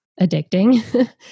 addicting